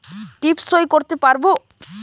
টিপ সই করতে পারবো?